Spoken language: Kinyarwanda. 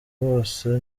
bose